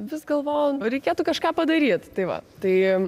vis galvoju reikėtų kažką padaryt tai va tai